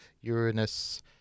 Uranus